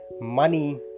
money